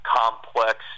complex